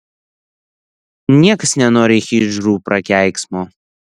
niekas nenori hidžrų prakeiksmo